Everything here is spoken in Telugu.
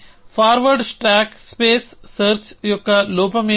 ఫార్వర్డ్ స్టాక్ స్పేస్ సెర్చ్ యొక్క లోపం ఏమిటి